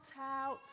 out